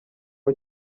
aho